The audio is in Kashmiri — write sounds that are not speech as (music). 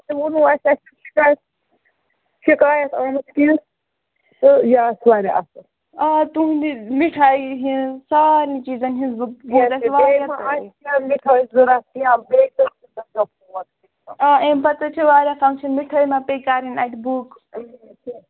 تہٕ ووٚنوٕ اَسہِ چھُنہٕ شِکایت شِکایت آمٕژ کیٚنٛہہ تہٕ یہِ آسہِ واریاہ اَصٕل آ تُہنٛدِ مِٹھایی ہِنٛز سارنٕے چیٖزَن ہِنٛز بُک گَرَس واریاہ مِٹھٲے ضوٚرَتھ یا ایٚمہِ پَتہٕ حظ چھِ واریاہ فَنٛگشَن مِٹھٲے ما پیٚیہِ کَرٕنۍ اَتہِ بُک (unintelligible)